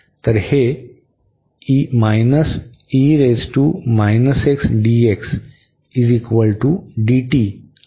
तर हे आहे